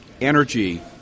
energy